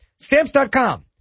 Stamps.com